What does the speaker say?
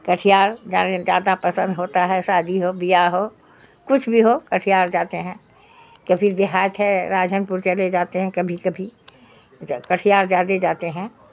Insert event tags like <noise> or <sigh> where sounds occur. کٹھیار جانے زیادہ پسند ہوتا ہے شادی ہو بیاہ ہو کچھ بھی ہو کٹھیار جاتے ہیں <unintelligible> کبھی دیہات ہے راجھن پور چلے جاتے ہیں کبھی کبھی کٹھیار زیادہ جاتے ہیں